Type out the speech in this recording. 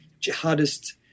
jihadist